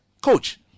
Coach